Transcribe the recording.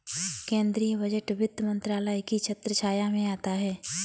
केंद्रीय बजट वित्त मंत्रालय की छत्रछाया में आता है